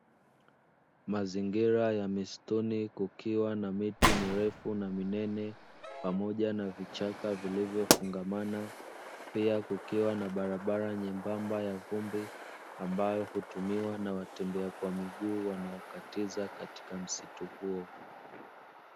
Mazingira ya misituni kukikwa na miti mirefu na minene pamoja na vichaka vilivyofungamana, pia kukiwa na barabara nyembamba ya vumbi ambayo hutumiwa na watembea kwa miguu wanaokatiza katika msitu huo.